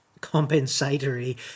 compensatory